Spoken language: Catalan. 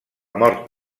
mort